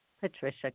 Patricia